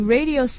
Radio